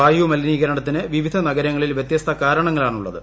വായുമലിനീകരണത്തിന് വിവിധ നഗരങ്ങളിൽ വ്യത്യസ്ത കാരണങ്ങളാണ് ഉളളത്